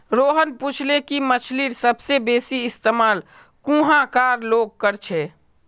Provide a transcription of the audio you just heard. रोहन पूछले कि मछ्लीर सबसे बेसि इस्तमाल कुहाँ कार लोग कर छे